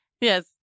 Yes